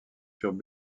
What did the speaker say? furent